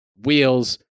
wheels